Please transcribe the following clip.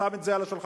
שם את זה על השולחן,